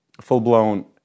full-blown